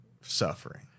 suffering